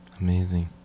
Amazing